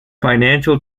financial